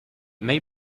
may